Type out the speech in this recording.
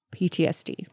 PTSD